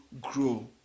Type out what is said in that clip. grow